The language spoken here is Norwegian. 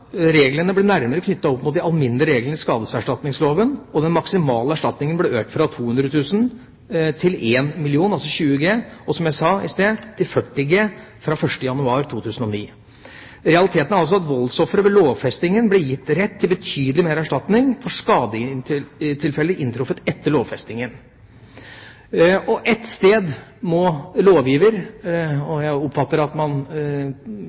Reglene ble nærmere knyttet opp mot de alminnelige reglene i skadeserstatningsloven, og den maksimale erstatningen ble økt fra 200 000 kr til 1 mill. kr – altså 20 G – og, som jeg sa i stad, til 40 G fra 1. januar 2009. Realiteten er altså at voldsofre ved lovfestingen ble gitt rett til betydelig mer erstatning for skadetilfeller inntruffet etter lovfestingen. Ett sted må lovgiver – og jeg oppfatter det slik at man